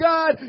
God